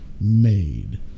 made